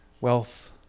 wealth